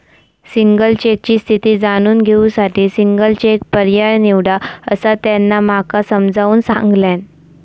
single चेकची स्थिती जाणून घेऊ साठी सिंगल चेक पर्याय निवडा, असा त्यांना माका समजाऊन सांगल्यान